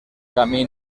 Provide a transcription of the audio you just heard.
camí